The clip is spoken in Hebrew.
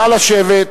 נא לשבת.